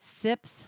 sips